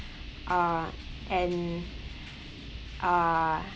uh and uh